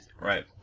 Right